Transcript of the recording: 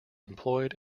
employed